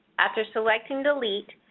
after selecting delete,